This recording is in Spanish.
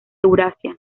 eurasia